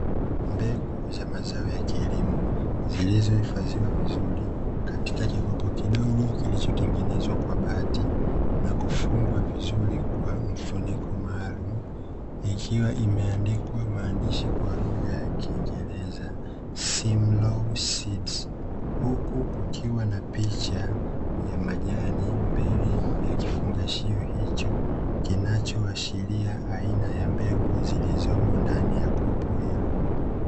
Mbegu za mazao ya kilimo zilizohifadhiwa vizuri katika kikopo kidogo kilichotengenezwa kwa bati, na kufungwa vizuri kwa mfuniko maalumu, ikiwa imeandikwa maandishi kwa lugha ya Kiingereza "Simlaw Seeds" huku kukiwa na picha ya majani mbele ya kifungashio hicho, kinachoashiria aina ya mbegu zilizomo ndani ya kopo hilo.